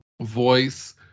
voice